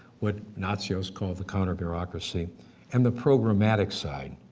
what natsios called the counter-bureaucracy and the programmatic side.